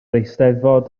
eisteddfod